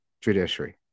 judiciary